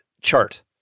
chart